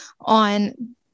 on